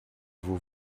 vos